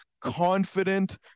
confident